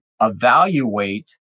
evaluate